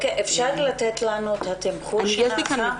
אפשר לראות את התמחור שנעשה?